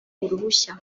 uruhushya